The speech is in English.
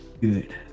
good